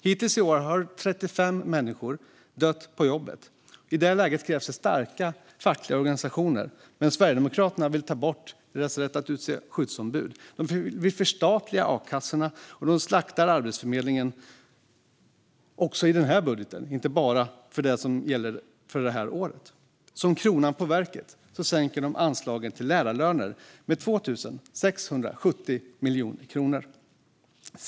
Hittills i år har 35 människor dött på jobbet. I det läget krävs det starka fackliga organisationer, men Sverigedemokraterna vill ta bort deras rätt att utse skyddsombud. De vill förstatliga a-kassorna och slaktar Arbetsförmedlingen även i denna budget, inte bara i den som gäller för det här året. Som kronan på verket sänker de anslaget till lärarlöner med 2 670 miljoner kronor.